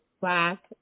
black